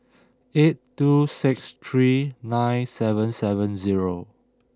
eight two six three nine seven seven zero